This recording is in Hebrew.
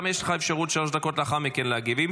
יש לך אפשרות לאחר מכן להגיב בשלוש דקות.